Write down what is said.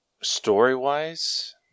story-wise